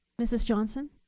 mrs. johnson.